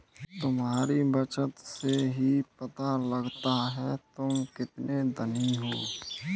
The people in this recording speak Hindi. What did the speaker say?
तुम्हारी बचत से ही पता लगता है तुम कितने धनी हो